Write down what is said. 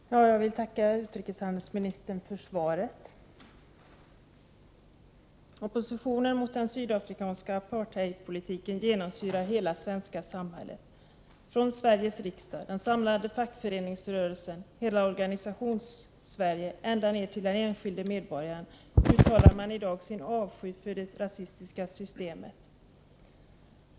Herr talman! Jag vill tacka utrikeshandelsministern för svaret. Oppositionen mot den sydafrikanska apartheidpolitiken genomsyrar hela det svenska samhället. Från Sveriges riksdag, den samlade fackföreningsrörelsen, hela Organisationssverige och ända ned till den enskilde medborgaren uttalar man i dag sin avsky för det rasistiska systemet.